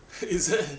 is it